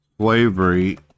slavery